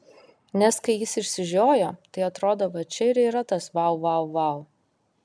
nes kai jis išsižiojo tai atrodo va čia ir yra tas vau vau vau